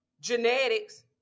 genetics